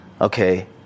okay